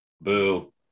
Boo